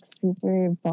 super